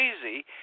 crazy